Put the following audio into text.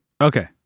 Okay